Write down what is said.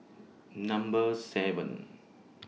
Number seven